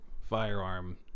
firearm